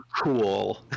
cool